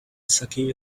saké